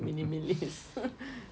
minimalist